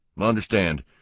understand